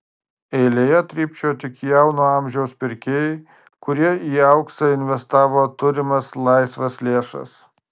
eilėje trypčiojo tik jauno amžiaus pirkėjai kurie į auksą investavo turimas laisvas lėšas